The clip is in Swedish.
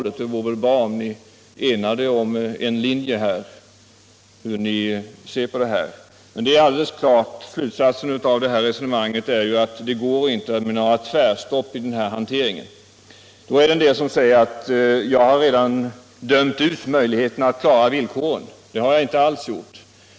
Det vore väl bra om ni enades om en linje för hur ni skall se på den här frågan. En slutsats är emellertid alldeles klar: Det går inte att sätta några tvärstopp i den här hanteringen. Det heter också att jag redan har dömt ut möjligheten att klara villkoren. Det har jag inte gjort.